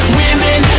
women